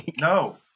No